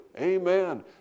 Amen